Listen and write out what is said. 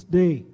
day